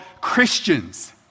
Christians